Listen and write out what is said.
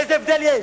איזה הבדל יש?